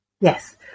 Yes